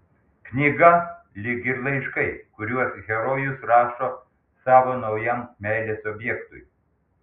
knyga lyg ir laiškai kuriuos herojus rašo savo naujam meilės objektui